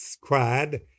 cried